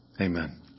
Amen